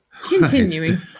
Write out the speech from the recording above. Continuing